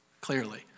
clearly